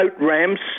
ramps